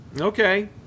okay